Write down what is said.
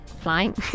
flying